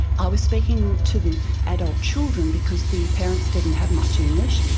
i was speaking to the adult children because the parents didn't have much english,